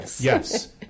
Yes